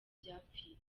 byapfiriye